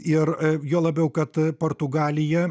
ir juo labiau kad portugalija